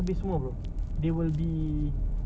ataupun aku tinggalkan surat